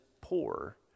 poor